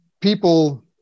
people